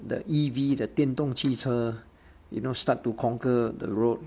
the E_V the 电动汽车 you know start to conquer the road